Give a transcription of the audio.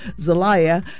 Zelaya